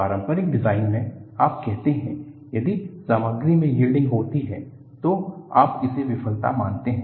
पारंपरिक डिजाइन में आप कहते हैं यदि सामग्री में यील्डिंग होती है तो आप इसे विफलता मानते हैं